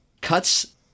cuts